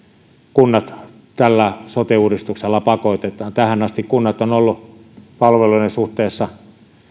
kunnat tällä sote uudistuksella pakotetaan tähän asti kunnat ovat olleet palveluiden osalta suhteessa